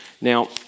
Now